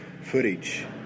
footage